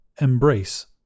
Embrace